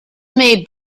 may